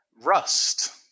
Rust